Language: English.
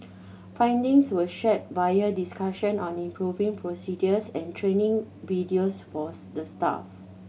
findings were shared via discussion on improving procedures and training videos forth the staff